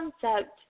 Concept